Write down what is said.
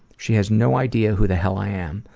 she has no idea who the hell i am,